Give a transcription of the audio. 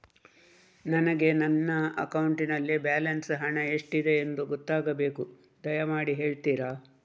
ನನಗೆ ನನ್ನ ಅಕೌಂಟಲ್ಲಿ ಬ್ಯಾಲೆನ್ಸ್ ಹಣ ಎಷ್ಟಿದೆ ಎಂದು ಗೊತ್ತಾಗಬೇಕು, ದಯಮಾಡಿ ಹೇಳ್ತಿರಾ?